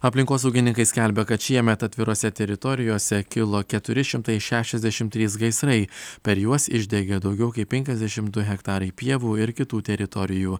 aplinkosaugininkai skelbia kad šiemet atvirose teritorijose kilo keturi šimtai šešiasdešimt trys gaisrai per juos išdegė daugiau kaip penkiasdešimt du hektarai pievų ir kitų teritorijų